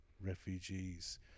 refugees